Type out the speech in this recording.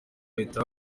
ahita